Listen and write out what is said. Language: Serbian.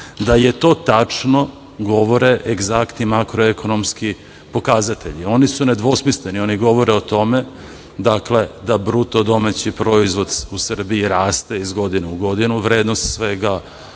Da je to tačno govore egzaktni makroekonomski pokazatelji. Oni su nedvosmisleni, oni ne govore o tome, dakle da BDP u Srbiji raste iz godine u godinu, vrednost svega